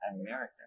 American